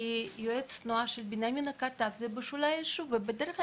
כי יועץ התחבורה של בנימינה כתב שזה בשולי היישוב ובדרך כלל